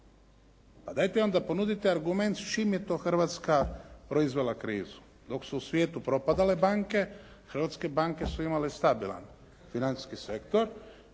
Pa dajte onda ponudite argument s čim je to Hrvatska proizvela krizu? Dok su u svijetu propadale banke hrvatske banke su imale stabilan financijski sektor.